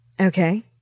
okay